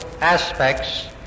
Aspects